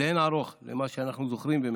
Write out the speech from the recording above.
לאין ערוך ממה שאנחנו זוכרים ומכירים.